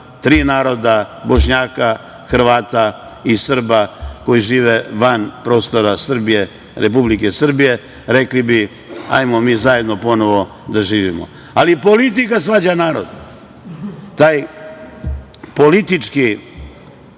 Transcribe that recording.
tri naroda, Bošnjaka, Hrvata i Srba koji žive van prostora Srbije, Republike Srbije rekao – hajmo mi zajedno ponovo da živimo. Politika svađa narod. Taj politički